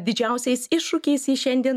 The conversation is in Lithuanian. didžiausiais iššūkiais ji šiandien